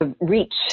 reach